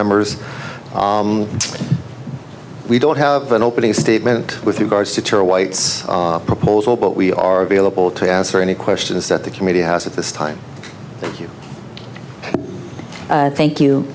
members we don't have an opening statement with regards to your white's proposal but we are available to answer any questions that the committee has at this time thank you